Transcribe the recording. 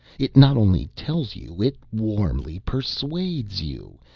it not only tells you, it warmly persuades you.